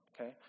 okay